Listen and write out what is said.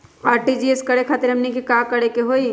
RTGS करे खातीर हमनी के का करे के हो ई?